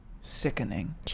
Sickening